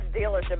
dealership